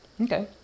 Okay